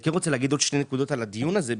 אני רוצה להגיד עוד שתי נקודות על הדיון הזה,